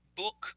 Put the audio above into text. book